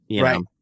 Right